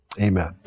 Amen